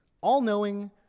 all-knowing